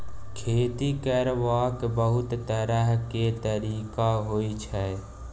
खेती करबाक बहुत तरह केर तरिका होइ छै